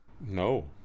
No